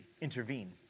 intervene